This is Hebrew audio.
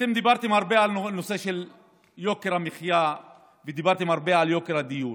אתם דיברתם הרבה על נושא של יוקר המחיה ודיברתם הרבה על יוקר הדיור.